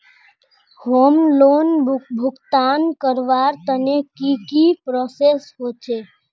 Home loan भुगतान करवार तने की की प्रोसेस होचे?